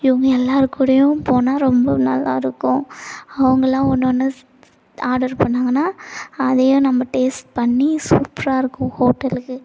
இவங்க எல்லாேருக்கூடயும் போனால் ரொம்ப நல்லா இருக்கும் அவங்களாம் ஒன்று ஒன்று ஆர்டர் பண்ணாங்கன்னால் அதையும் நம்ம டேஸ்ட் பண்ணி சூப்பராக இருக்கும் ஹோட்டலுக்கு